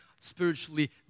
spiritually